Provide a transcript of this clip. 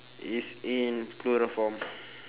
it's in plural form